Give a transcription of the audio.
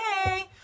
hey